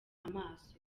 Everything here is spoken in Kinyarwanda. amaso